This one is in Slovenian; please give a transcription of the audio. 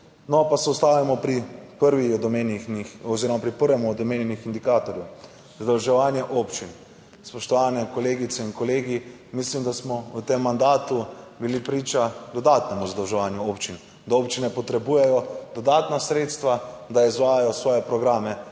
od omenjenih oziroma pri prvem od omenjenih indikatorjev, zadolževanje občin. Spoštovane kolegice in kolegi, mislim, da smo v tem mandatu bili priča dodatnemu zadolževanju občin, da občine potrebujejo dodatna sredstva da izvajajo svoje programe